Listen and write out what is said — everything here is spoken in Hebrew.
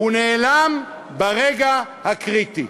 הוא נעלם ברגע הקריטי.